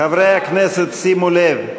חברי הכנסת, שימו לב,